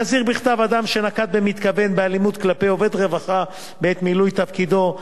להזהיר בכתב אדם שנקט במתכוון אלימות כלפי עובד רווחה בעת מילוי תפקידו,